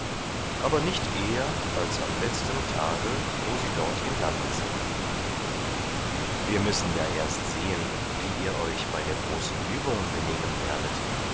aber nicht eher als am letzten tage wo sie dort im lande seien wir müssen ja erst sehen wie ihr euch bei der großen übung benehmen werdet